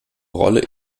rolle